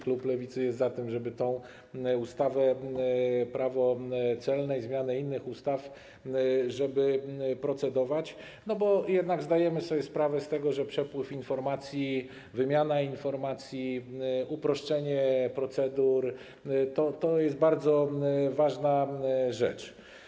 Klub Lewicy jest za tym, żeby nad zmianą ustawy - Prawo celne i innych ustaw procedować, bo jednak zdajemy sobie sprawę z tego, że przepływ informacji, wymiana informacji, uproszczenie procedur to jest bardzo ważna rzecz.